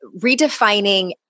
redefining